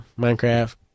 Minecraft